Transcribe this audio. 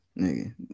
Nigga